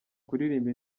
kuririmba